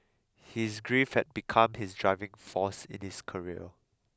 his grief had become his driving force in his career